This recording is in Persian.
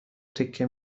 تکه